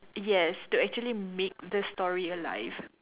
yes to actually make this story alive